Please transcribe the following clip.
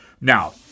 Now